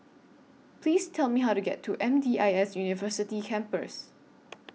Please Tell Me How to get to M D I S University Campus